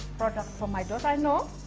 product for my daughter, i know,